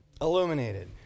illuminated